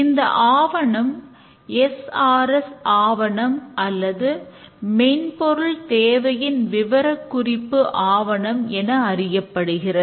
இந்த ஆவணம் S R S என அறியப்படுகிறது